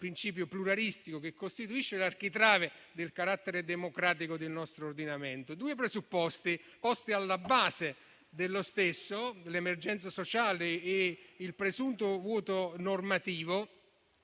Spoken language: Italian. principio pluralistico che costituisce l'architrave del carattere democratico del nostro ordinamento. Due presupposti posti alla base dello stesso - l'emergenza sociale e il presunto vuoto normativo